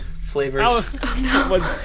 flavors